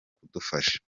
kudufasha